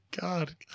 God